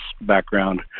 background